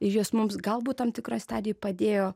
iš jos mums galbūt tam tikroj stadijoj padėjo